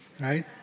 right